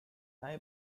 nye